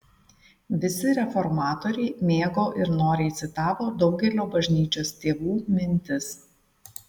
visi reformatoriai mėgo ir noriai citavo daugelio bažnyčios tėvų mintis